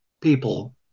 people